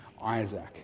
Isaac